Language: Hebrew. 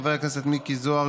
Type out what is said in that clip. חבר הכנסת מיקי זוהר,